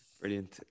Brilliant